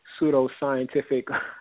pseudoscientific